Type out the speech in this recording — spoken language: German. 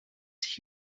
sich